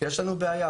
יש לנו בעיה.